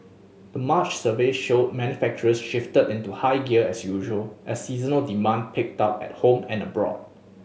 the March survey showed manufacturers shifted into higher gear as usual as seasonal demand picked up at home and abroad